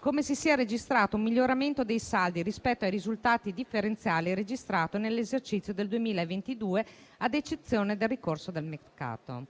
come si sia registrato un miglioramento dei saldi rispetto ai risultati differenziali registrati nell'esercizio del 2022, ad eccezione del ricorso al mercato.